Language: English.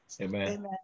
Amen